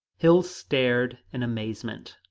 hill stared in amazement,